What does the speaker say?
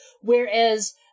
Whereas